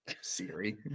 Siri